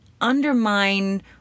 undermine